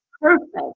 perfect